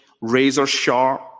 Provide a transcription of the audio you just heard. razor-sharp